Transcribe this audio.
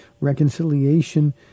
reconciliation